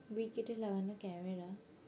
উইকেটে লাগান ক্যামেরা